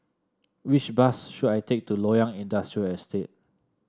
which bus should I take to Loyang Industrial Estate